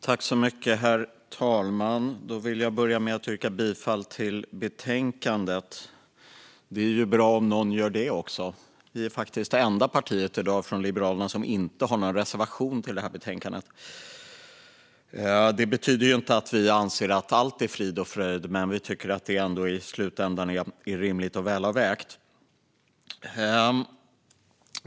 Herr talman! Jag vill börja med att yrka bifall till utskottets förslag i betänkandet. Det är ju bra om någon gör det också. Liberalerna är faktiskt det enda partiet i dagens debatt som inte har någon reservation till betänkandet. Det betyder inte att vi anser att allt är frid och fröjd, men vi tycker ändå att det i slutändan är rimligt och välavvägt.